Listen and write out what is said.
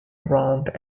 around